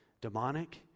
demonic